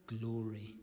glory